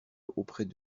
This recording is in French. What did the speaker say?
auprès